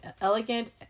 elegant